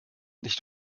nicht